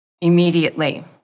immediately